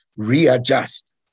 Readjust